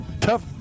tough